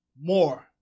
more